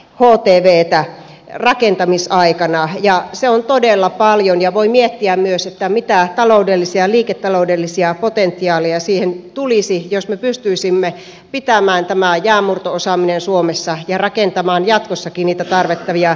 kooteepeetä ja rakentamisen aikana ja se on todella paljon ja voi miettiä myös mitä taloudellisia liiketaloudellisia potentiaaleja siihen tulisi jos me pystyisimme pitämään tämän jäänmurto osaamisen suomessa ja rakentamaan jatkossakin niitä tarvittavia jäänmurtajia eteenpäin